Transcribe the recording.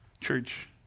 Church